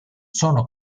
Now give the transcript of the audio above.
sono